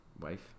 wife